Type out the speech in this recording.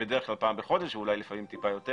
בדרך כלל פעם בחודש ואולי לפעמים מעט יותר,